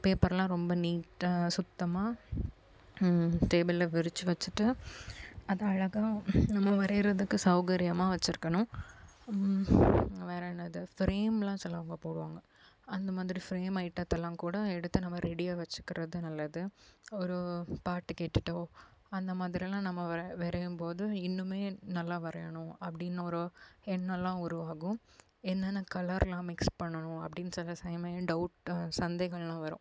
பேப்பர்லாம் ரொம்ப நீட்டாக சுத்தமாக டேபிள்ல விரித்து வச்சிட்டு அதை அழகாக நம்ம வரைகிறதுக்கு சௌகரியமா வச்சிருக்கணும் வேற என்னது ஃப்ரேம்லாம் சிலவங்க போடுவாங்கள் அந்த மாதிரி ஃப்ரேம் ஐட்டத்தலாம் கூட எடுத்து நம்ம ரெடியாக வச்சிக்கிறது நல்லது ஒரு பாட்டு கேட்டுட்டோ அந்தமாதிரிலாம் நம்ம வ வரையும் போது இன்னுமே நல்லா வரையணும் அப்படினு ஒரு எண்ணம்லாம் உருவாகும் என்னென்ன கலர்லாம் மிக்ஸ் பண்ணணும் அப்படினு சில சமயம் டவுட் சந்தேகம்லாம் வரும்